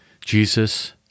Jesus